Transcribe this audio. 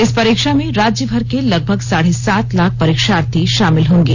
इस परीक्षा में राज्यभर के लगभग साढ़े सात लाख परीक्षार्थी शामिल होंगे